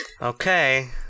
Okay